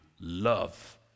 love